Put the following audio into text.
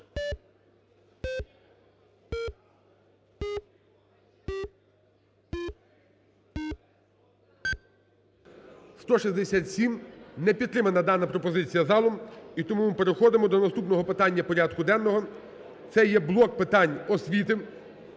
За-167 Не підтримана дана пропозиція залом. І тому ми переходимо до наступного питання порядку денного. Це є блок питань освіти.